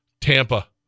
Tampa